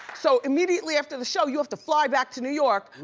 so immediately after the show you have to fly back to new york,